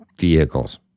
vehicles